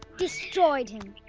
destroyed him.